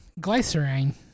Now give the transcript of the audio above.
Glycerine